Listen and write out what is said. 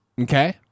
Okay